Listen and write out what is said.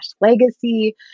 legacy